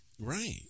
Right